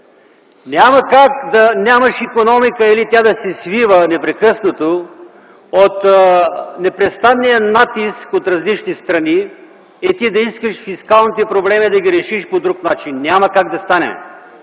Няма как да нямаш икономика или тя да се свива непрекъснато от непрестанния натиск от всички страни и ти да искаш фискалните проблеми да ги решиш по друг начин. Няма как да стане!